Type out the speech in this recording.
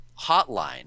hotline